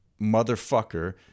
motherfucker